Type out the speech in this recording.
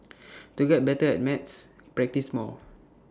to get better at maths practise more